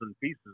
pieces